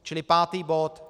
Čili pátý bod.